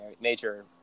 major